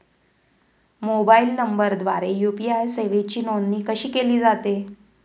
Mobile नंबरद्वारे UPI सेवेची नोंदणी कशी केली जाते?